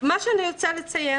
אני רוצה לציין